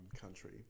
country